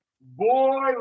Boy